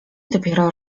dopiero